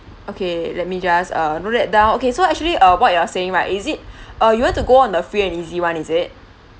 okay let me just uh note down okay so actually uh what you are saying right is it uh you want to go on a free and easy one is it